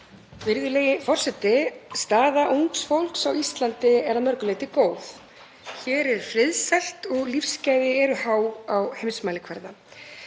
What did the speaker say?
Virðulegi forseti. Staða ungs fólks á Íslandi er að mörgu leyti góð. Hér er friðsælt og lífsgæði eru há á heimsmælikvarða.